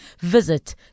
visit